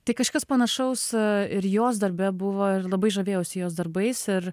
tai kažkas panašaus ir jos darbe buvo ir labai žavėjausi jos darbais ir